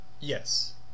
Yes